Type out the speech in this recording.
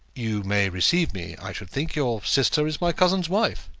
you may receive me, i should think. your sister is my cousin's wife.